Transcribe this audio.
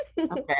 Okay